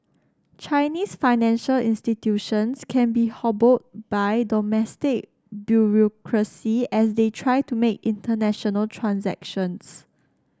Chinese financial institutions can be hobbled by domestic bureaucracy as they try to make international transactions